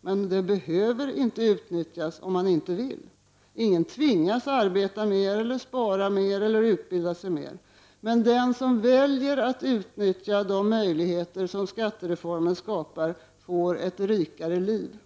Men de behöver inte utnyttjas om man inte vill — ingen tvingas arbeta mer, spara mer eller utbilda sig mer. Men den som väljer att utnyttja de möjligheter som skattereformen skapar får ett rikare liv.